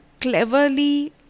cleverly